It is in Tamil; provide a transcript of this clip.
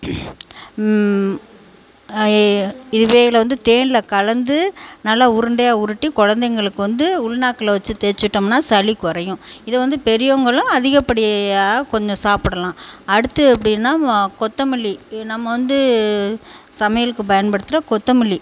இ இவைகளை வந்து தேனில் கலந்து நல்லா உருண்டையாக உருட்டி குழந்தைங்களுக்கு வந்து உள்நாக்கில் வச்சு தேய்ச்சி விட்டோம்னா சளி குறையும் இதை வந்து பெரியவங்களும் அதிகப்படியாக கொஞ்சம் சாப்பிடலாம் அடுத்து அப்படின்னா ம கொத்தமல்லி நம்ம வந்து சமையலுக்குப் பயன்படுத்துகிற கொத்தமல்லி